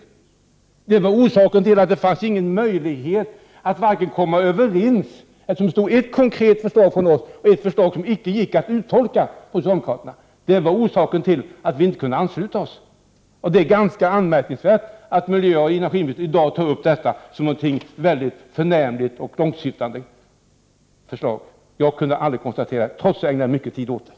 Detta var orsaken till att det inte fanns någon möjlighet att komma överens. Det fanns nämligen ett konkret förslag från oss och ett socialdemokratiskt förslag vars innebörd inte gick att uttolka. Därför kunde vi inte ansluta oss till det. Det är ganska anmärkningsvärt att miljöoch energiministern i dag tar upp detta förslag som ett förnämligt och långt syftande förslag. Jag kunde aldrig konstatera det, trots att jag ägnade mycken tid åt saken.